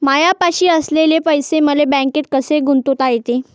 मायापाशी असलेले पैसे मले बँकेत कसे गुंतोता येते?